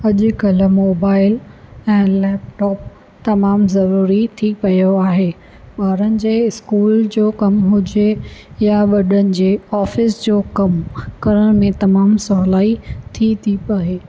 अॼु कल्ह मोबाइल ऐं लैपटॉप तमामु ज़रूरी थी पियो आहे ॿारनि जे स्कूल जो कमु हुजे या वॾनि जे ऑफीस जो कमु करण में तमामु सवलाई थी थी पए